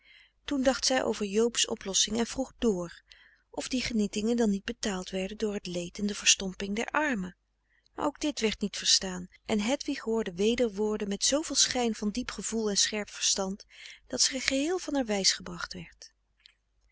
toen dacht zij over joob's oplossing en vroeg dr of die genietingen dan niet betaald werden door het leed en de verstomping der armen maar ook dit werd niet verstaan en hedwig hoorde weder woorden met zooveel schijn van diep gevoel en scherp verstand dat zij geheel van haar wijs gebracht werd